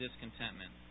discontentment